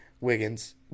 Wiggins